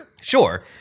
Sure